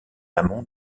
amont